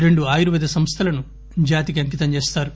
రెండు ఆయుర్వేద సంస్థలను జాతికి అంకితం చేస్తారు